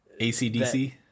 ACDC